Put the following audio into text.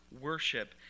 worship